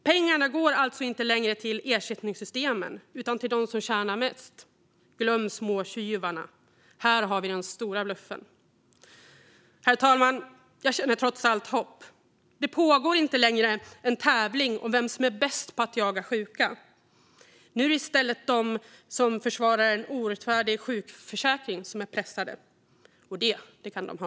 Pengarna går alltså inte längre till ersättningssystemen utan till dem som tjänar mest. Glöm småtjuvarna! Här har vi den stora bluffen. Herr talman! Jag känner trots allt hopp. Det pågår inte längre en tävling om vem som är bäst på att jaga sjuka. Nu är det i stället de som försvarar en orättfärdig sjukförsäkring som är pressade, och det kan de ha.